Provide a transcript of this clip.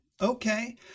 Okay